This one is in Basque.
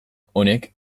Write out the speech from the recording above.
honek